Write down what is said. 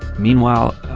meanwhile,